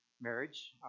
marriage